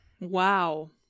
Wow